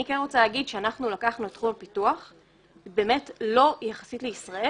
אני כן רוצה להגיד שאנחנו לקחנו את תחום הפיתוח באמת לא יחסית לישראל,